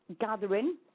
gathering